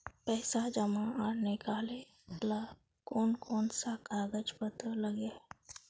पैसा जमा आर निकाले ला कोन कोन सा कागज पत्र लगे है?